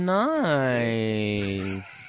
nice